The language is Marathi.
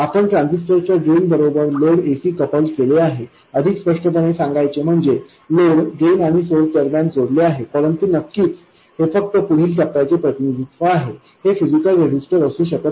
आपण ट्रान्झिस्टरच्या ड्रेन बरोबर लोड ac कपल्ड केले आहे अधिक स्पष्टपणे सांगायचे म्हणजे लोड ड्रेन आणि सोर्स दरम्यान जोडलेले आहे परंतु नक्कीच हे फक्त पुढील टप्प्याचे प्रतिनिधित्व आहे हे फिजिकल रेजिस्टर असू शकत नाही